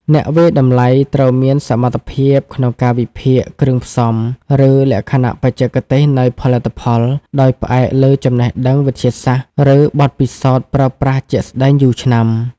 អ្នកវាយតម្លៃត្រូវមានសមត្ថភាពក្នុងការវិភាគគ្រឿងផ្សំ ឬលក្ខណៈបច្ចេកទេសនៃផលិតផល ដោយផ្អែកលើចំណេះដឹងវិទ្យាសាស្ត្រ ឬបទពិសោធន៍ប្រើប្រាស់ជាក់ស្តែងយូរឆ្នាំ។